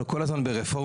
אנחנו כל הזמן ברפורמות.